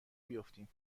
بیفتیم